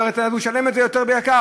והוא יכול לשלם את זה יותר ביוקר,